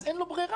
אז אין לו ברירה,